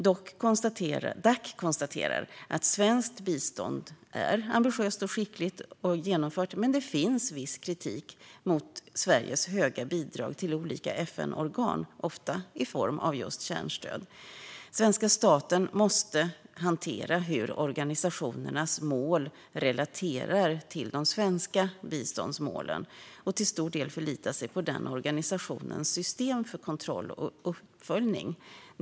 Dac konstaterar att svenskt bistånd är ambitiöst och skickligt genomfört, men det finns viss kritik mot Sveriges höga bidrag till olika FN-organ, ofta i form av kärnstöd. Svenska staten måste hantera hur organisationernas mål relaterar till de svenska biståndsmålen och till stor del förlita sig på organisationernas system för kontroll och uppföljning.